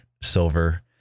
silver